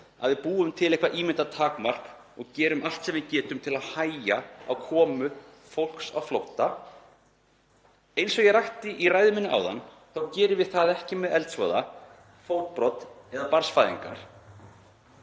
að við búum til eitthvert ímyndað takmark og gerum allt sem við getum til að hægja á komu fólks á flótta. Eins og ég rakti í ræðu minni áðan þá gerum við það ekki með eldsvoða, fótbrot eða barnsfæðingar.